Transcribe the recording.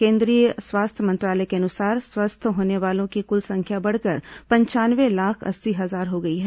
केंद्रीय स्वास्थ्य मंत्रालय के अनुसार स्वस्थ होने वालों की कुल संख्या बढ़कर पंचानवे लाख अस्सी हजार हो गई है